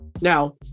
Now